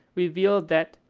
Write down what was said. revealed that,